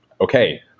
okay